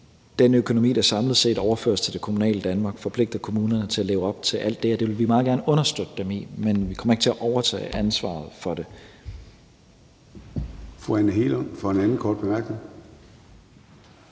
Den økonomi, der samlet set overføres til det kommunale Danmark, forpligter kommunerne til at leve op til alt det, og det vil vi meget gerne understøtte dem i, men vi kommer ikke til at overtage ansvaret for det. Kl. 14:26 Formanden (Søren